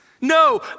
No